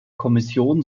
kommission